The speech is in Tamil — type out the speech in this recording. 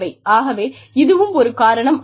ஆகவே இதுவும் ஒரு காரணம் ஆகும்